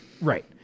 Right